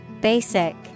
Basic